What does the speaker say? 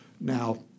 Now